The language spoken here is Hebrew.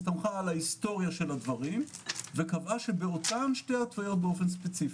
על ההיסטוריה של הדברים וקבעה שבאותן שתי התוויות באופן ספציפי,